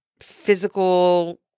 physical